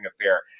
affair